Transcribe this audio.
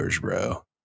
bro